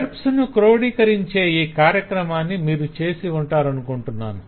verbs ను క్రోడీకరించే ఈ కార్యక్రమాన్ని మీరు చేసి ఉంటారనుకుంటాను